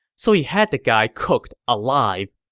so he had the guy cooked alive.